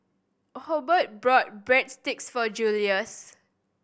Hobert bought Breadsticks for Julius